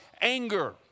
anger